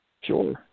Sure